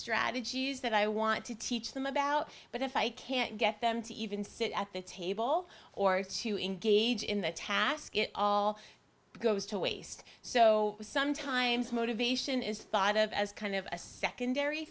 strategies that i want to teach them about but if i can't get them to even sit at the table or to engage in the task it all goes to waste so sometimes motivation is thought of as kind of a secondary